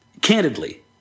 candidly